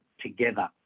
together